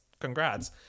congrats